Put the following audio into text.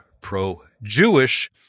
pro-jewish